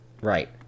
Right